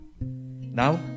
Now